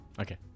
Okay